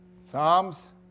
Psalms